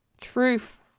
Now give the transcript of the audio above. Truth